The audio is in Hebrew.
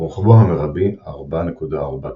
ורוחבו המרבי 4.4 ק"מ.